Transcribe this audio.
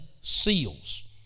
seals